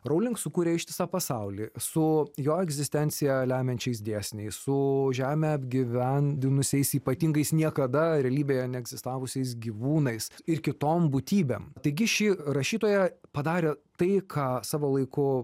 rowling sukūrė ištisą pasaulį su jo egzistenciją lemiančiais dėsniais su žemę apgyvendinusiais ypatingais niekada realybėje neegzistavusiais gyvūnais ir kitom būtybėm taigi ši rašytoja padarė tai ką savo laiku